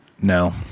No